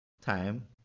time